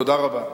תודה רבה.